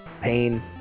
pain